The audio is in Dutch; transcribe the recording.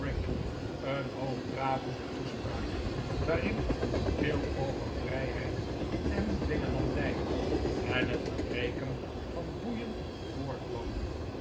een hoogdravende toespraak waarin veel over vrijheid en dwingelandij en het verbreken van boeien voorkwam